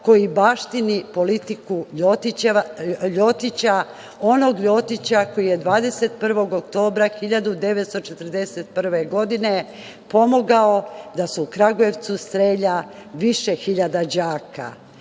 koji baštini politiku Ljotića, onog Ljotića koji je 21. oktobra 1941. godine pomogao da se u Kragujevcu strelja više hiljada đaka?